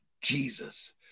Jesus